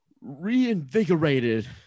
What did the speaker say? reinvigorated